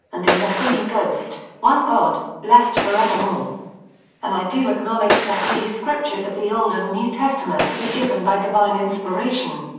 and in the holy ghost, one god, blessed for evermore and i do acknowledge the holy scriptures of the old and new testament to be given by divine inspiration.